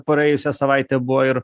praėjusią savaitę buvo ir